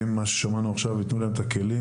ואם ייתנו להם את הכלים,